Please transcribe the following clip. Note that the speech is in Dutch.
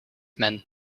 men